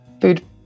food